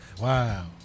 Wow